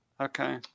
Okay